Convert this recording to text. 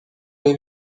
les